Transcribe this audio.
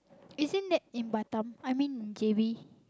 isn't that in Batam I mean J_B